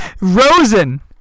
Rosen